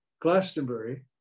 Glastonbury